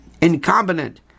Incompetent